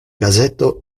gazeto